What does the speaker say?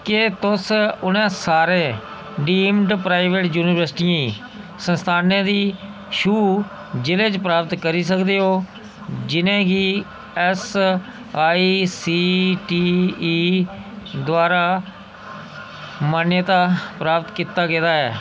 क्या तुस उ'नें सारे डीम्ड प्राइवेट यूनिवर्सिटियें संस्थानें दी शूह् जिले च प्राप्त करी सकदे ओ जि'नें गी ऐसआईसीटीई द्वारा मानता प्राप्त कीता गेदा ऐ